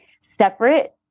separate